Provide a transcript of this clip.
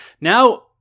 Now